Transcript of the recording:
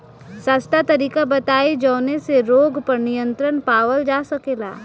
सस्ता तरीका बताई जवने से रोग पर नियंत्रण पावल जा सकेला?